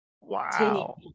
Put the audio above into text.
Wow